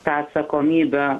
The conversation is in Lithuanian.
tą atsakomybę